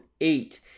eight